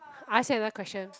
I say another question